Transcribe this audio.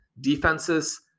defenses